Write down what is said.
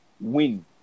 win